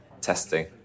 testing